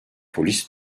polis